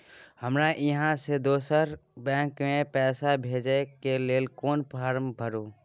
हमरा इहाँ से दोसर बैंक में पैसा भेजय के है, कोन फारम भरू?